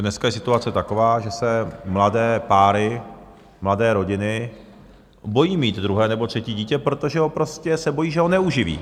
Dneska je situace taková, že se mladé páry, mladé rodiny bojí mít druhé nebo třetí dítě, protože se prostě bojí, že ho neuživí.